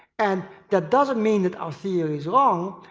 and that doesn't mean that our theory is wrong,